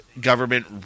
government